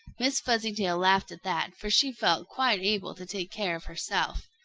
miss fuzzytail laughed at that, for she felt quite able to take care of herself.